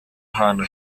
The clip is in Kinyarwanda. ahantu